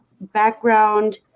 background